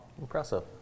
impressive